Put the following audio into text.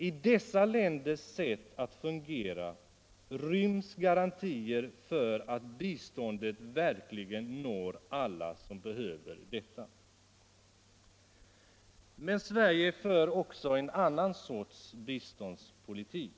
I dessa länders sätt att fungera ryms garantier för att biståndet verkligen når alla som behöver det. Men Sverige för också ett annat slags biståndspolitik.